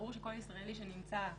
ברור שכל ישראלי שנמצא בחו"ל,